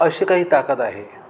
असे काही ताकद आहे